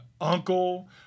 uncle